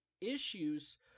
issues